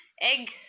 Egg